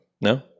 No